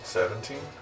Seventeen